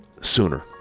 sooner